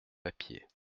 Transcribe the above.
papiers